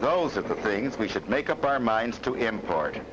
those are the things we should make up our minds to impart